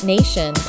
Nation